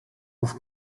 auch